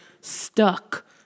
stuck